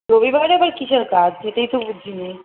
রবিবারে আবার কীসের কাজ সেটাই তো বুজছি নি